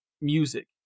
music